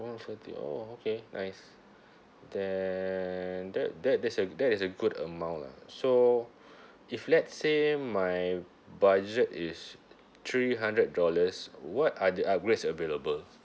one hundred forty oh okay nice then that that is a that is a good amount lah so if let's say my budget is three hundred dollars what are the upgrades available